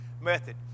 method